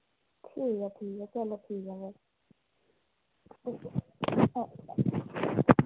ठीक ऐ ठीक ऐ चलो ठीक ऐ फिर